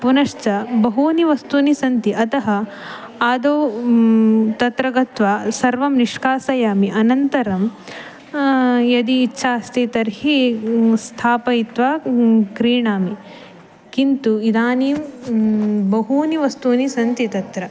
पुनश्च बहूनि वस्तूनि सन्ति अतः आदौ तत्र गत्वा सर्वं निष्कासयामि अनन्तरं यदि इच्छा अस्ति तर्हि स्थापयित्वा क्रीणामि किन्तु इदानीं बहूनि वस्तूनि सन्ति तत्र